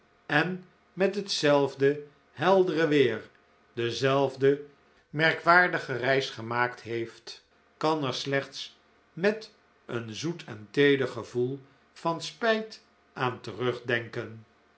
en met hetzelfde heldere weer dezelfde merkwaardige reis gemaakt heeft kan er slechts met een zoet en teeder gevoel van spijt aan terugdenken